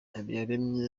habiyaremye